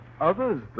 others